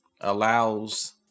allows